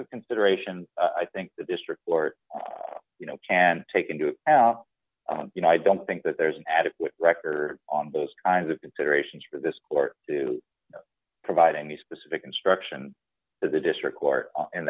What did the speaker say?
of considerations i think the district court you know can take into account you know i don't think that there's an adequate record on those kinds of considerations for this court to provide any specific instruction to the district court in